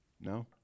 No